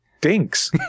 Dinks